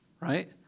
right